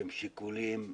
שהם שיקולים גזעניים,